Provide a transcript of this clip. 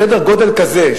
בסדר גודל כזה,